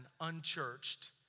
unchurched